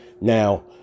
now